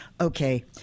Okay